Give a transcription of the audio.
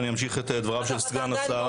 אמשיך את דבריו של סגן השר.